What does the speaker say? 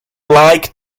like